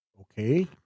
okay